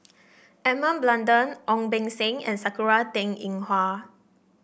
Edmund Blundell Ong Beng Seng and Sakura Teng Ying Hua